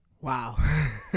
Wow